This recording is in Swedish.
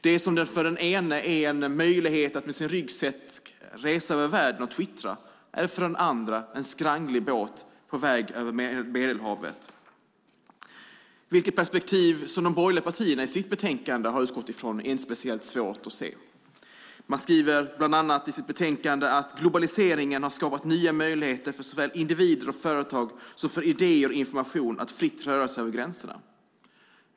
Det som för den ene är en möjlighet att med sin ryggsäck resa världen över och twittra är för den andre en skranglig båt på väg över Medelhavet. Vilket perspektiv de borgerliga partierna i sitt betänkande utgått från är inte speciellt svårt att se. Man skriver i betänkandet bland annat att globaliseringen "har skapat nya möjligheter såväl för individer och företag som för idéer och information att fritt röra sig över gränserna".